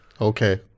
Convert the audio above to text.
okay